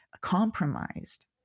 compromised